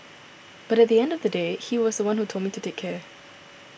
but at the end of the day he was the one who told me to take care